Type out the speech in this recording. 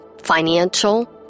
financial